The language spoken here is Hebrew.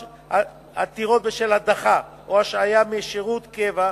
עתירות בשל הדחה או השעיה משירות קבע,